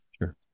Sure